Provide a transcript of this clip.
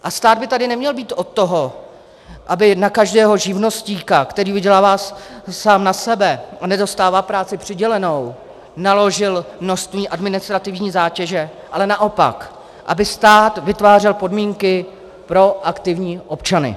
A stát by tady neměl být od toho, aby na každého živnostníka, který vydělává sám na sebe a nedostává práci přidělenou, naložil množství administrativních zátěží, ale naopak, aby vytvářel podmínky pro aktivní občany.